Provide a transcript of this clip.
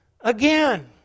again